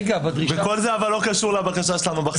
כל זה אבל לא קשור לבקשה שלנו בחקיקה.